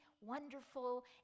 wonderful